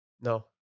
no